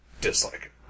dislike